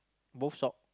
both sock